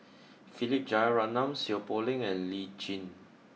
Philip Jeyaretnam Seow Poh Leng and Lee Tjin